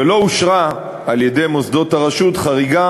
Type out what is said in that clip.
ולא אושרה על-ידי מוסדות הרשות חריגה